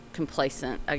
complacent